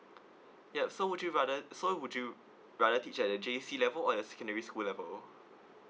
ya so would you rather so would you rather teach at a J_C level or a secondary school level